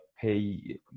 pay